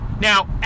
Now